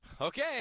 okay